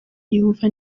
yumva